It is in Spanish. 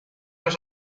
los